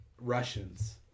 Russians